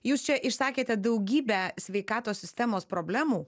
jūs čia išsakėte daugybę sveikatos sistemos problemų